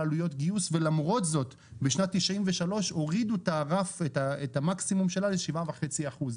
עלויות גיוס ולמרות זאת בשנת 1993 הורידו את המקסימום שלה ל-7.5 אחוז.